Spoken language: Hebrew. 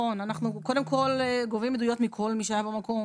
אנחנו גובים עדויות מכל מי שהיה במקום,